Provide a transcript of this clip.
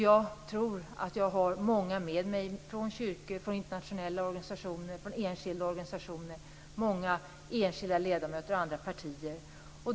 Jag tror att jag har många med mig från kyrkor, internationella organisationer, enskilda organisationer, många enskilda ledamöter och andra partier.